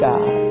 God